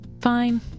Fine